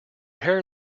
hair